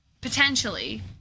Potentially